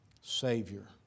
Savior